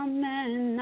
Amen